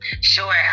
Sure